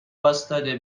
واستاده